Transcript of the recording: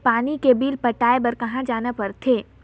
पानी के बिल पटाय बार कहा जाना पड़थे?